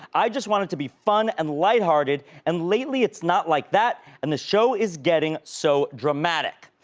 i just want it to be fun and lighthearted, and lately, it's not like that, and the show is getting so dramatic.